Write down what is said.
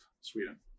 Sweden